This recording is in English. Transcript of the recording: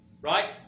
right